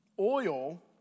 Oil